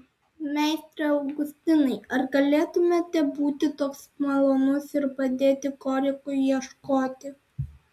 meistre augustinai ar galėtumėte būti toks malonus ir padėti korikui ieškoti